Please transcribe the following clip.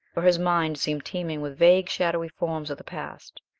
for his mind seemed teeming with vague, shadowy forms of the past.